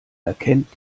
erkennt